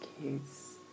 kids